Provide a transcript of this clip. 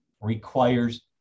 requires